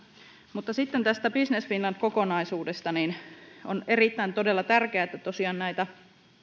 mutta sitten tästä business finland kokonaisuudesta on todella erittäin tärkeätä että tosiaan näitä